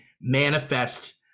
manifest